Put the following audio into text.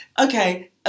Okay